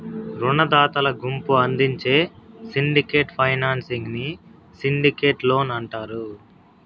రునదాతల గుంపు అందించే సిండికేట్ ఫైనాన్సింగ్ ని సిండికేట్ లోన్ అంటారు